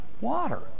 Water